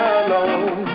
alone